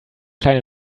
kleine